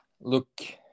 look